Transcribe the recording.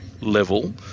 level